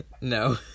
no